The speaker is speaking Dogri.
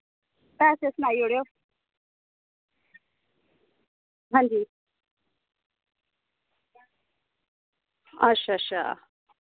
पैसे सनाई ओड़ेओ आं जी अच्छा अच्छा अच्छा